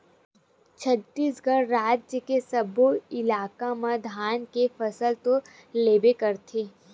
छत्तीसगढ़ राज के सब्बो इलाका म धान के फसल तो लेबे करथे